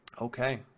Okay